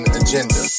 agenda